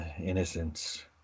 innocence